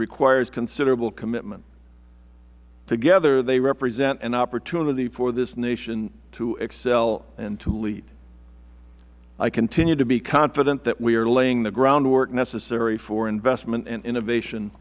requires considerable commitment together they represent an opportunity for this nation to excel and to lead i continue to be confident that we are laying the groundwork necessary for investment and innovation